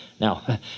Now